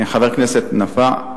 חבר הכנסת נפאע,